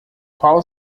qual